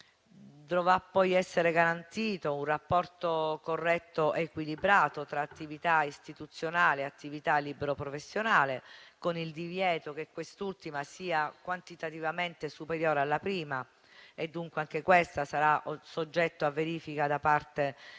Dovrà essere garantito un rapporto corretto ed equilibrato tra attività istituzionale e attività libero-professionale, con il divieto che quest'ultima sia quantitativamente superiore alla prima; anche questo sarà soggetto a verifica da parte della